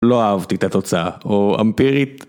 לא אהבתי את התוצאה, או אמפירית.